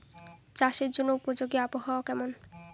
চাষের জন্য উপযোগী আবহাওয়া কেমন?